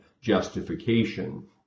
justification